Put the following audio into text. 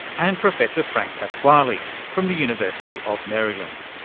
and professor frank pasquale from the university of maryland.